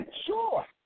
Sure